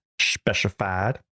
Specified